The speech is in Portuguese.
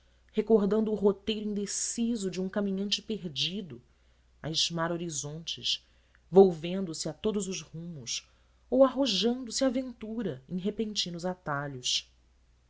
recordando o roteiro indeciso de um caminhante perdido a esmar horizontes volvendo se a todos os rumos ou arrojando se à ventura em repentinos atalhos